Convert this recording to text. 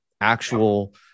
actual